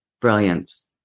brilliance